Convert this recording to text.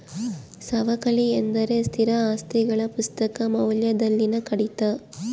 ಸವಕಳಿ ಎಂದರೆ ಸ್ಥಿರ ಆಸ್ತಿಗಳ ಪುಸ್ತಕ ಮೌಲ್ಯದಲ್ಲಿನ ಕಡಿತ